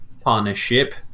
partnership